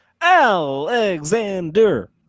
Alexander